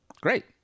Great